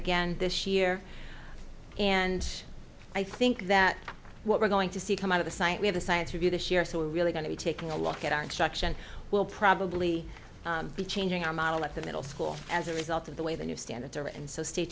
again this year and i think that what we're going to see come out of the site we have a science review this year so we're really going to be taking a look at our instruction will probably be changing our model at the middle school as a result of the way the new standards are and so stay